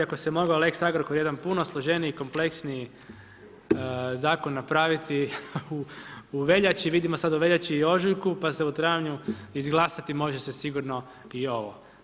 Ako se mogao lex Agrokor, jedan puno složeniji i kompleksniji zakon napraviti u veljači, vidimo sada u veljači i ožujku, pa se u travnju, izglasati može se sigurno i ovo.